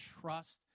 trust